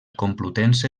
complutense